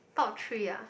top three ah